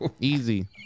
easy